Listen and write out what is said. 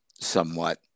somewhat